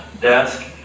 desk